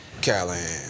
Callahan